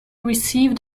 received